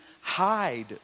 hide